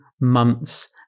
months